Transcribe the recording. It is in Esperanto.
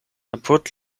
apud